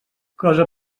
cosa